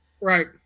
Right